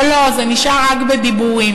אבל לא, זה נשאר רק בדיבורים.